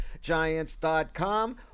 Giants.com